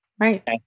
Right